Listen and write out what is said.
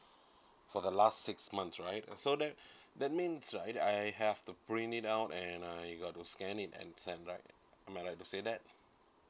for the last six months right so that that means right I have to bring it out and uh I got to scan it and send right my am I right to say that